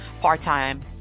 part-time